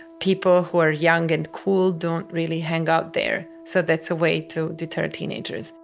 people who are young and cool don't really hang out there. so that's a way to deter teenagers.